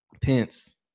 Pence